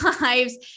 lives